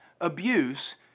abuse